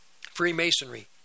Freemasonry